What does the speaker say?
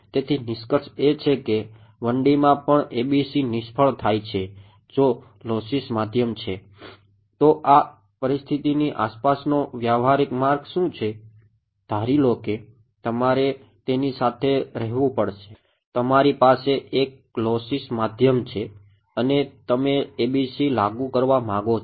તેથી નિષ્કર્ષ એ છે કે 1 D માં પણ ABC નિષ્ફળ થાય છે જો લોસ્સી માધ્યમ છે અને તમે ABC લાગુ કરવા માગો છો